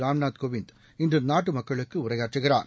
ராம்நாத் கோவிந்த் இன்று நாட்டு மக்களுக்கு உரையாற்றுகிறார்